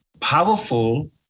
powerful